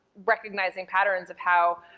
recognizing patterns of how